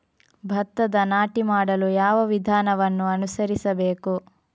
ಭತ್ತದ ನಾಟಿ ಮಾಡಲು ಯಾವ ವಿಧಾನವನ್ನು ಅನುಸರಿಸಬೇಕು?